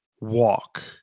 walk